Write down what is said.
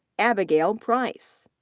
abigayle price.